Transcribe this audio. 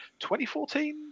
2014